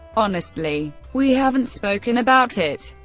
honestly, we haven't spoken about it.